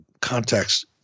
context